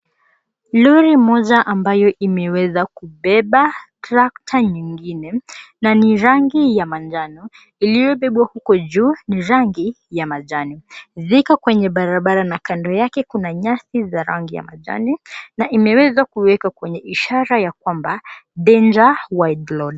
Lori moja ambayo imeweza kubeba tractor nyingine na ni rangi ya manjano, iliobebwa huko juu ni rangi ya majani. Ziko kwenye barabara na kando yake kuna nyasi za rangi ya majani na imeweza kuwekwa kwenye ishara ya kwamba DANGER WIDE LOAD .